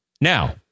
Now